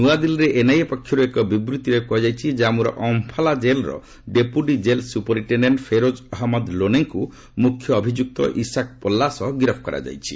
ନୂଆଦିଲ୍ଲୀରେ ଏନ୍ଆଇଏ ପକ୍ଷରୁ ଏକ ବିବୃତ୍ତିରେ କୁହାଯାଇଛି ଜାନ୍ମୁର ଅମ୍ଫାଲା ଜେଲ୍ର deputy jail superintendent Feroz Ahmad ଲୋନେଙ୍କୁ ମୁଖ୍ୟ ଅଭିଯୁକ୍ତ ଇସାକ୍ ପଲ୍ଲା ସହ ଗିରଫ୍ କରାଯାଇଛି